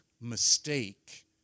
mistake